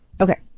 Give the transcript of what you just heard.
okay